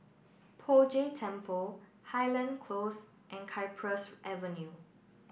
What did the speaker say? Poh Jay Temple Highland Close and Cypress Avenue